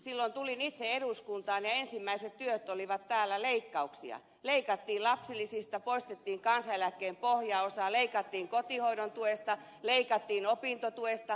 silloin tulin itse eduskuntaan ja ensimmäiset työt olivat täällä leikkauksia leikattiin lapsilisistä poistettiin kansaneläkkeen pohjaosa leikattiin kotihoidontuesta leikattiin opintotuesta